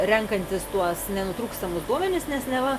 renkantis tuos nenutrūkstamus duomenis nes neva